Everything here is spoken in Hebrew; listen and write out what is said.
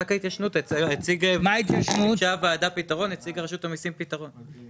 רק ההתיישנות, הציגה רשות המסים פתרון.